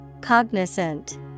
Cognizant